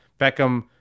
Beckham